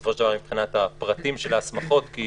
בסופו של דבר מבחינת הפרטים של ההסמכות, כי